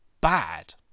bad